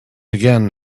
again